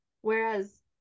whereas